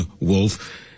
wolf